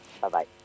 Bye-bye